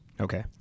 Okay